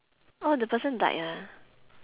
oh the person died ah